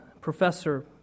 professor